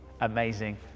Amazing